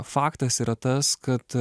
faktas yra tas kad